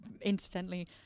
incidentally